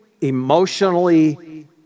emotionally